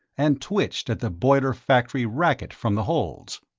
and twitched at the boiler-factory racket from the holds.